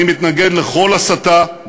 אני מתנגד לכל הסתה,